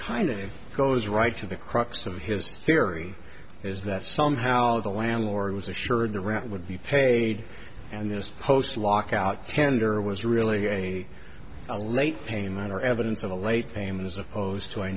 kind of goes right to the crux of his theory is that somehow the landlord was assured the rent would be paid and this post lockout tender was really a a late payment or evidence of a late payment as opposed to a